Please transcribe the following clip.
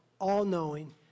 all-knowing